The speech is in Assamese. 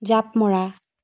জাঁপ মৰা